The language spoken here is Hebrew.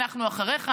אנחנו אחריך,